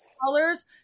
colors